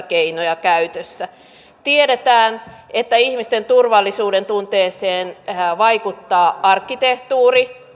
keinoja käytössä tiedetään että ihmisten turvallisuudentunteeseen vaikuttaa arkkitehtuuri